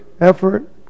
effort